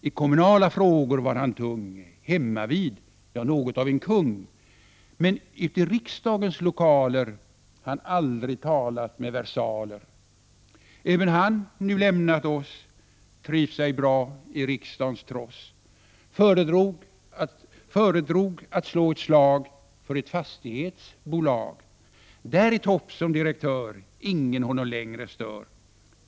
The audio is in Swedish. I kommunala frågor var han tung, hemmavid — ja, något av en kung. Men uti riksdagens lokaler han aldrig talat med versaler! Även han nu lämnat oss, trivts ej bra i riksda'ns tross, föredrog att slå ett slag Där i topp som direktör ingen honom längre stör.